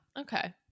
Okay